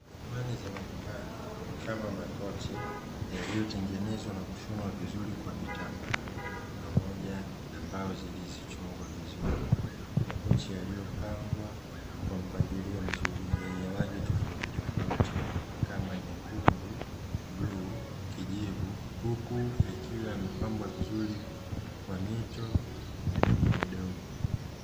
Samani za majumbani, kama makochi yaliyotengenezwa na kushonwa vizuri kwa vitambaa pamoja na mbao zilizochongwa vizuri. Makochi yaliyopangwa kwa mpangilio mzuri yenye rangi tofautitofauti kama: nyekundu, bluu, kijivu; huku yakiwa yamepambwa vizuri kwa mito midogomidogo.